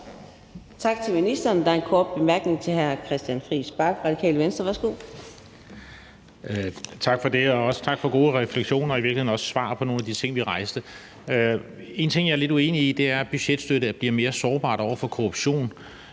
Tak til ministeren. Der er en kort bemærkning til hr. Christian Friis Bach, Radikale Venstre. Værsgo. Kl. 17:30 Christian Friis Bach (RV): Tak for det, og også tak for gode refleksioner og i virkeligheden også svar på nogle af de ting, vi har rejst. En ting, jeg er lidt uenig i, er, at budgetstøtte bliver mere sårbart over for korruption.